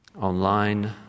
online